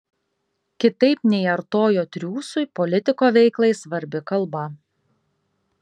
kitaip nei artojo triūsui politiko veiklai svarbi kalba